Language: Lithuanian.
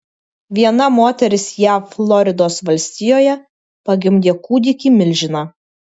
viena moteris jav floridos valstijoje pagimdė kūdikį milžiną